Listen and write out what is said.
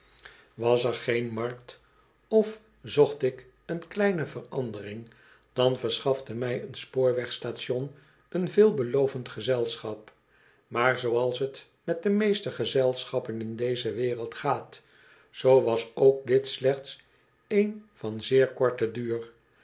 was er geen markt of zocht ik een kleine verandering dan verschafte mij een spoorwegstation een veelbelovend gezelschap maar zooals t met de meeste gezelschappen in deze wereld gaat zoo was ook dit slechts van zeer korten duur